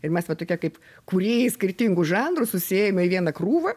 ir mes va tokie kaip kūrėjai skirtingų žanrų susiėmę į vieną krūvą